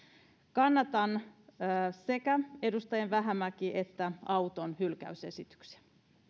kannatan sekä edustaja vähämäen että auton hylkäysesityksiä